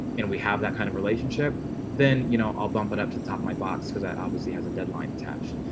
and we have that kind of relationship then, you know, i'll bump it up to the top my box because that obviously has a deadline attached